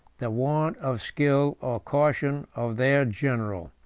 the want of skill or caution of their general.